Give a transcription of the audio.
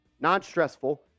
Non-stressful